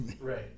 Right